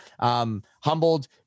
humbled